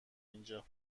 اینجا